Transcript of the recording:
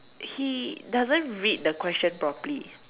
he doesn't read the question properly